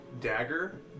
dagger